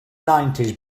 nineties